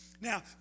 Now